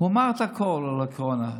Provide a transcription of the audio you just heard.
הוא אמר את הכול על הקורונה.